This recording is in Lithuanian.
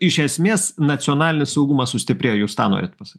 iš esmės nacionalinis saugumas sustiprėjo jūs tą norit pasa